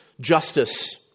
justice